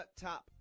Top